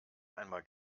einmal